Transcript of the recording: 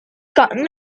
gotten